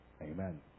Amen